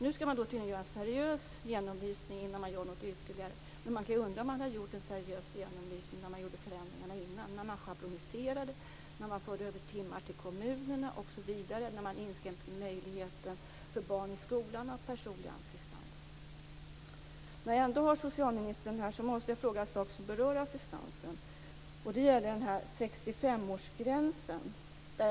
Nu skall man tydligen göra en seriös genomlysning innan man gör något ytterligare. Man kan ju undra om man har gjort en seriös genomlysning tidigare, när man gjorde förändringar - när man schabloniserade, när man förde över timmar till kommunerna, när man inskränkte möjligheten för barn i skolan att ha personlig assistans. När jag ändå har socialministern här måste jag fråga en sak som berör assistansen. Det gäller 65 årsgränsen.